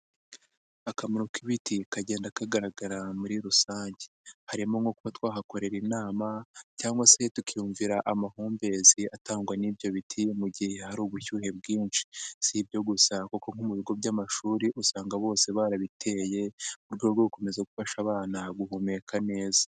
Akamaro k'ibiti kagenda kagaragara muri rusange, harimo nko kuba twahakorera inama cyangwa se tukiyumvira amahumbezi atangwa n'ibyo biti mu gihe hari ubushyuhe bwinshi, si ibyo gusa kuko nko mu bigo by'amashuri usanga bose barabiteye mu rwego rwo gukomeza gufasha abana guhumeka neza.